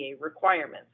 requirements